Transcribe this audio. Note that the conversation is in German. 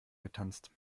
getanzt